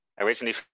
Originally